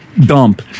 dump